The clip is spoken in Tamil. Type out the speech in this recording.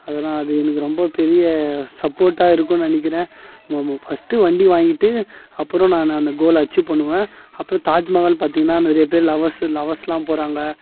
அதனால அது எனக்கு ரொம்ப பெரிய சப்போர்ட்டாயிருக்குன்னு நினைக்கிறேன் ம ம ஃபர்ஸ்டு வண்டி வாங்கிட்டு அப்புறோம் நானும் அந்த கோலை அச்சீவ் பண்ணுவேன் அப்புறோம் தாஜ்மஹால் பார்த்தீங்கனா நிறைய பேர் லவ்வர்ஸு லவ்வர்ஸுலாம் போகிறாங்க